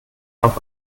auf